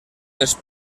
les